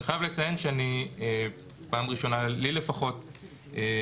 אני חייב לציין שפעם ראשונה לי לפחות שאני